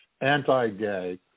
anti-gay